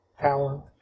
talent